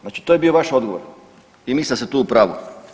Znači to je bio vaš odgovor i mislim da ste tu u pravu.